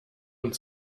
und